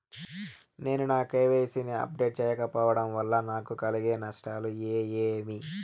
నేను నా కె.వై.సి ని అప్డేట్ సేయకపోవడం వల్ల నాకు కలిగే నష్టాలు ఏమేమీ?